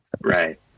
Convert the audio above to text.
right